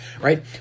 right